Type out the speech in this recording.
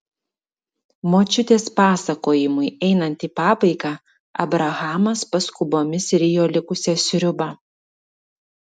močiutės pasakojimui einant į pabaigą abrahamas paskubomis rijo likusią sriubą